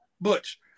Butch